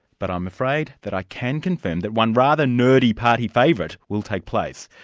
but i'm afraid that i can confirm that one rather nerdy party favourite will take place.